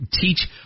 teach